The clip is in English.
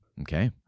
Okay